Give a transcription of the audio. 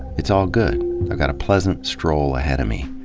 it's all good. i've got a pleasant stroll ahead of me.